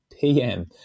PM